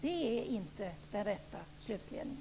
Det är inte den rätta slutledningen.